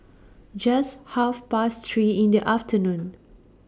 Just Half Past three in The afternoon